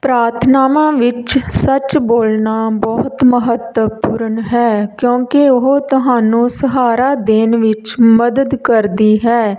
ਪ੍ਰਾਰਥਨਾਵਾਂ ਵਿੱਚ ਸੱਚ ਬੋਲਣਾ ਬਹੁਤ ਮਹੱਤਵਪੂਰਨ ਹੈ ਕਿਉਂਕਿ ਉਹ ਤੁਹਾਨੂੰ ਸਹਾਰਾ ਦੇਣ ਵਿੱਚ ਮਦਦ ਕਰਦੀ ਹੈ